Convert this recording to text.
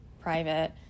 private